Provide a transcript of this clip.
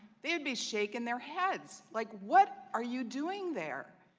they would be shaking their heads like what are you doing there?